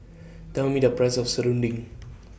Tell Me The Price of Serunding